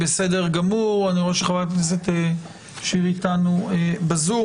אני רואה שחברת הכנסת שיר איתנו בזום.